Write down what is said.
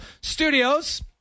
studios